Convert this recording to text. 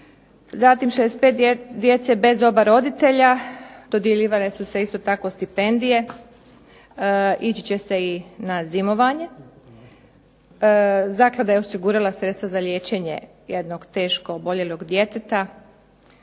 zatim 65 djece bez oba roditelja dodjeljivale su se isto tako i stipendije, ići će se na zimovanja. Zaklada je osigurala liječenje jednog teškog oboljelog djeteta,